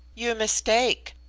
you mistake.